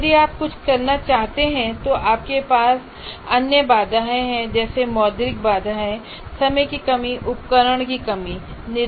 यदि आप कुछ करना चाहते हैं तो आपके पास अन्य बाधाएं हैं जैसे मौद्रिक बाधाएं समय की कमी उपकरण की कमी आदि